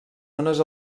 ones